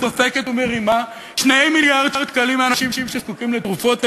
דופקת ומרימה 2 מיליארד שקלים מאנשים שזקוקים לתרופות.